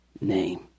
name